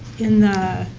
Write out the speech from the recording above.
in the